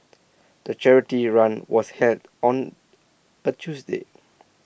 the charity run was held on A Tuesday